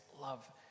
love